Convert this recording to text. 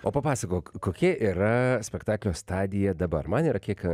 o papasakok kokia yra spektaklio stadija dabar man yra kiek